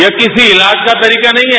यह किसी इलाज का तरीका नहीं है